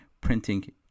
printing